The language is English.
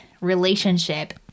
relationship